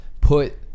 put